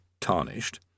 tarnished